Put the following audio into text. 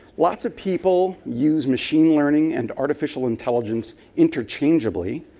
lots of people use machine learning and artificial intelligence interchangeably,